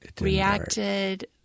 reacted—